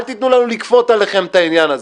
אל תיתנו לנו לכפות עליכם את העניין הזה,